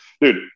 Dude